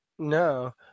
No